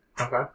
Okay